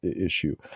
issue